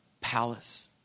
palace